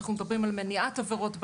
אנחנו מדברים על מניעת עבירות ברשת,